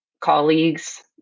colleagues